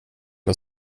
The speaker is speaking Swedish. och